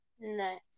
No